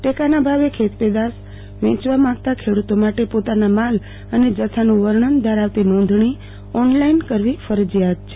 ટેકાના ભાવે ખેતપેદાશ વેચવા માંગતા ખેડુતો માટે પોતાના માલ અને જથ્થાનું વર્ણન ધરાવતી નોંધણી ઓનલાઈન કરવી ફરજીયાત છે